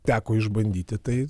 teko išbandyti tai